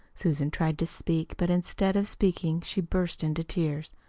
susan tried to speak, but instead of speaking she burst into tears.